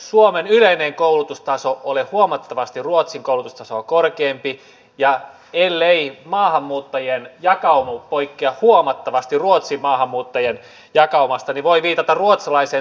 esimerkiksi pohjois karjalassa tiedän olevan monta kuntaa joissa oltaisiin valmiita pilotoimaan tällaista uutta kokeilulainsäädäntöä ja tiedän että asiaa ministeriössä pohditaan